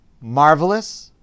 marvelous